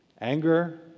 Anger